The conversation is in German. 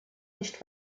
nicht